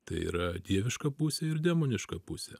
tai yra dieviška pusė ir demoniška pusė